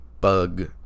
bug